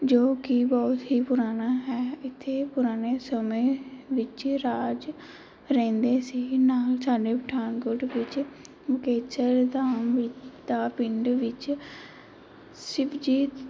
ਜੋ ਕਿ ਬਹੁਤ ਹੀ ਪੁਰਾਣਾ ਹੈ ਇੱਥੇ ਪੁਰਾਣੇ ਸਮੇਂ ਵਿੱਚ ਰਾਜੇ ਰਹਿੰਦੇ ਸੀ ਨਾਲ ਸਾਡੇ ਪਠਾਣਕੋਟ ਵਿੱਚ ਮੁਕੇਸ਼ਰ ਧਾਮ ਵਿੱਚ ਤਾਂ ਪਿੰਡ ਵਿੱਚ ਸ਼ਿਵਜੀ